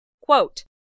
Quote